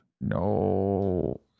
No